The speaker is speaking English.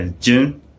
June